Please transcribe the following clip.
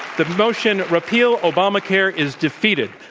the motion, repeal obamacare is defeated.